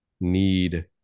need